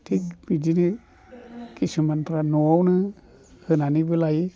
थिख बिदिनो किसुमानफ्रा न'आवनो होनानैबो लायो